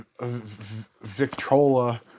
Victrola